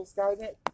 SkyNet